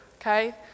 Okay